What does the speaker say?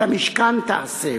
'ואת המשכן תעשה',